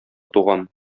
туган